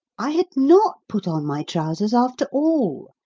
i had not put on my trousers, after all.